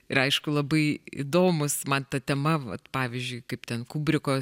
ir aišku labai įdomūs man ta tema vat pavyzdžiui kaip ten kubriko